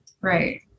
Right